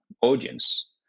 audience